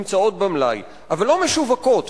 נמצאות במלאי אבל לא משווקות,